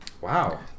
Wow